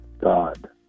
God